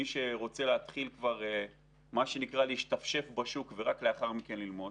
מי שרוצה להתחיל כבר להשתפשף בשוק ורק לאחר מכן ללמוד.